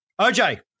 OJ